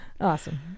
Awesome